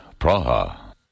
Praha